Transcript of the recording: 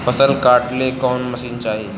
फसल काटेला कौन मशीन चाही?